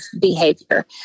behavior